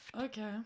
Okay